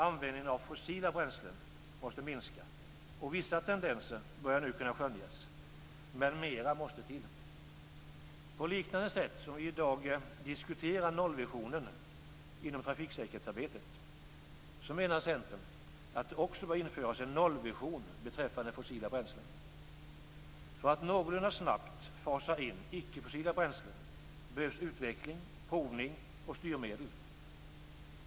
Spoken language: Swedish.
Användningen av fossila bränslen måste minska, och vissa tendenser börjar nu kunna skönjas, men mera måste till. På liknande sätt som vi i dag diskuterar nollvisionen inom trafiksäkerhetsarbetet menar Centerpartiet att det också bör införas en nollvision beträffande fossila bränslen. För att någorlunda snabbt fasa in icke-fossila bränslen behövs utveckling, provning och styrmedel.